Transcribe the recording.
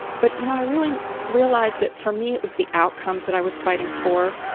but you know, i really realized that for me, it was the outcomes that i was fighting for.